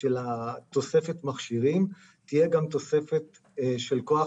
של תוספת המכשירים תהיה גם תוספת של כוח